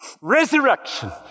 resurrection